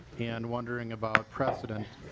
and wondering about precedent.